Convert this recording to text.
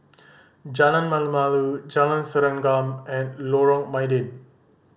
Jalan Malu Malu Jalan Serengam and Lorong Mydin